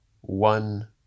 one